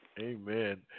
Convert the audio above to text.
Amen